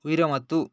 विरमतु